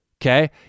Okay